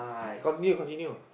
continue continue